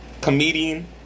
Comedian